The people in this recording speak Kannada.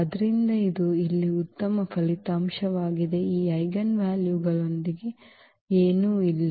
ಆದ್ದರಿಂದ ಇದು ಇಲ್ಲಿ ಉತ್ತಮ ಫಲಿತಾಂಶವಾಗಿದೆ ಈ ಐಜೆನ್ ವ್ಯಾಲ್ಯೂಗಳೊಂದಿಗೆ ಏನೂ ಇಲ್ಲ